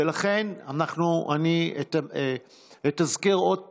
ולכן, אני אתזכר עוד פעם,